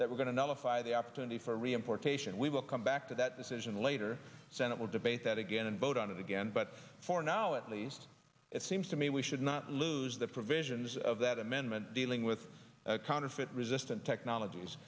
that we're going to nullify the opportunity for reimportation we will come back to that decision later senate will debate that again and vote on it again but for now at least it seems to me we should not lose the provisions of that amendment dealing with counterfeit resistant technologies